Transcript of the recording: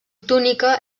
túnica